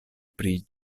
pri